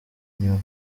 nyuma